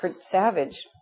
savage